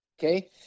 Okay